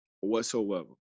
whatsoever